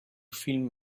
film